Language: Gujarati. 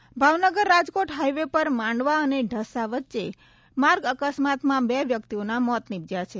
અકસ્માત ભાવનગર રાજકોટ હાઇવે પર માંડવા અને ઢસા વચ્ચે માર્ગ અકસ્માતમાં બે વ્યક્તિઓના મોત નિપજયા છે